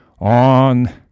on